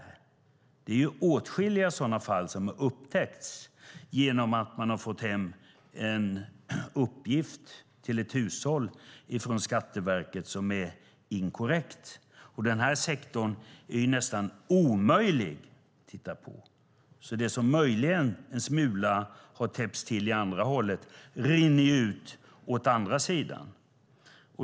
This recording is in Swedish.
Det är åtskilliga sådana fall som har upptäckts genom att ett hushåll har fått hem en uppgift från Skatteverket som är inkorrekt. Den sektorn är nästan omöjlig att titta på. Det som möjligen, en smula, har täppts till åt ena hållet, rinner ut åt andra sidan.